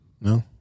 No